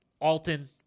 Alton